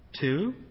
Two